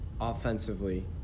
offensively